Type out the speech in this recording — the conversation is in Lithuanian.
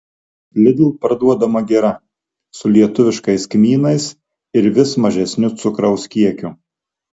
lidl parduodama gira su lietuviškais kmynais ir vis mažesniu cukraus kiekiu